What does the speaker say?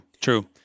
true